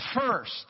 first